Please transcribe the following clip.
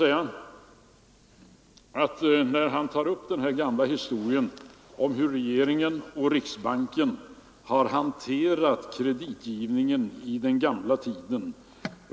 Herr Fälldin tog upp den gamla historien om hur regeringen och riksbanken har hanterat kreditgivningen förr i tiden.